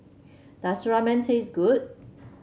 does Ramen taste good